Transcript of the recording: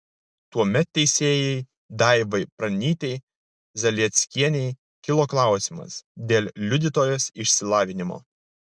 tuomet teisėjai daivai pranytei zalieckienei kilo klausimas dėl liudytojos išsilavinimo